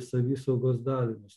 savisaugos dalinius